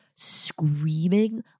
screaming